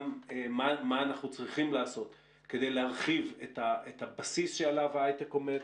גם מה אנחנו צריכים לעשות כדי להרחיב את הבסיס שעליו ההיי-טק עומד.